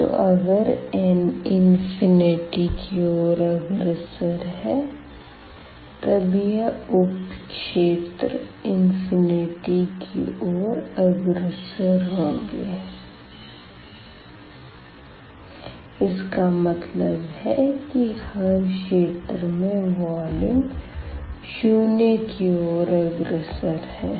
तो अगर n infinity को अग्रसर है तब यह उप क्षेत्र इंफिनिटी की ओर अग्रसर होंगे इसका मतलब है हर क्षेत्र में वॉल्यूम शून्य की ओर अग्रसर है